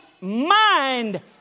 mind